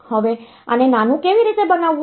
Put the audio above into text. હવે આને નાનું કેવી રીતે બનાવવું